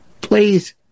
Please